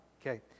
okay